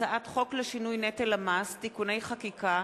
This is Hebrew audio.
הצעת חוק לשינוי נטל המס (תיקוני חקיקה),